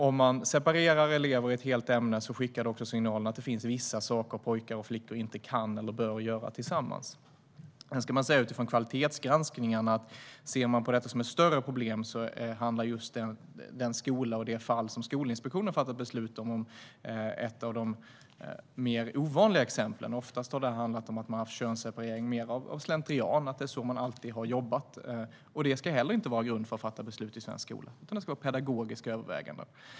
Om man separerar elever i ett helt ämne signalerar det att det finns vissa saker som pojkar och flickor inte kan eller bör göra tillsammans. Sedan ska det utifrån kvalitetsgranskningen sägas att om man ser på detta som ett större problem är den skola och det fall som Skolinspektionen har fattat beslut om ett av de mer ovanliga exemplen. Oftast har det handlat om att man har haft könsseparering mer av slentrian, därför att det är så man alltid har jobbat. Detta ska inte heller vara en grund för beslut som fattas i svensk skola, utan det ska vara pedagogiska överväganden.